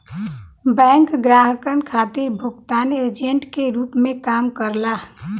bank ग्राहकन खातिर भुगतान एजेंट के रूप में काम करला